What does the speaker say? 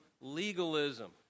legalism